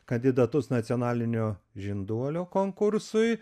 kandidatus nacionalinio žinduolio konkursui